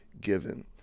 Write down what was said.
given